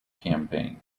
campaign